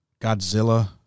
Godzilla